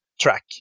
track